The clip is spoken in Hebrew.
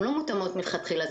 הן לא מותאמות מלכתחילה,